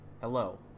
Hello